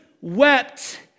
wept